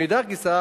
מאידך גיסא,